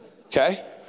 Okay